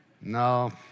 No